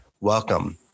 Welcome